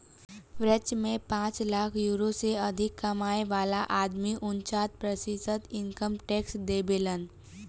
French में पांच lakh euro से अधिक कमाए वाला आदमी उनन्चास प्रतिशत इनकम टैक्स देबेलन